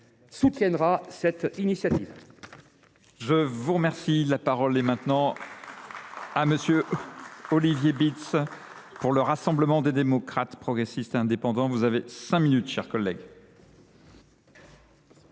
soutiendra cette initiative.